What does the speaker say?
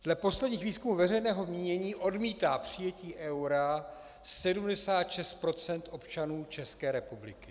Dle posledních výzkumů veřejného mínění odmítá přijetí eura 76 % občanů České republiky.